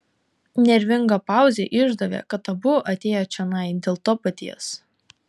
nervinga pauzė išdavė kad abu atėję čionai dėl to paties